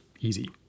easy